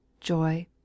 joy